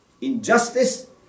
injustice